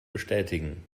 bestätigen